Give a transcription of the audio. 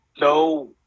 No